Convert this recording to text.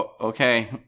Okay